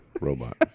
robot